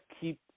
keep